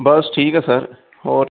ਬਸ ਠੀਕ ਹੈ ਸਰ ਹੋਰ